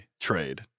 trade